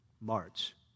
March